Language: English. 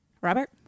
Robert